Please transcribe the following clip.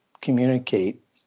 communicate